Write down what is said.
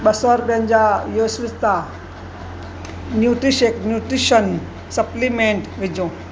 ॿ सौ रुपियनि जा योस्विता न्यूट्रीशेक न्यूट्रीशियन सप्लिमेंट विझो